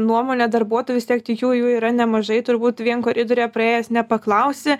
nuomonę darbuotojų vis tiek tik jų jų yra nemažai turbūt vien koridoriuje praėjęs nepaklausi